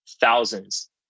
thousands